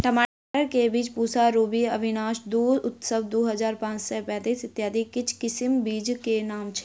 टमाटर केँ बीज पूसा रूबी, अविनाश दु, उत्सव दु हजार पांच सै पैतीस, इत्यादि किछ किसिम बीज केँ नाम छैथ?